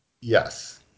Yes